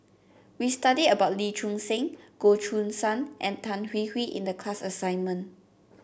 we studied about Lee Choon Seng Goh Choo San and Tan Hwee Hwee in the class assignment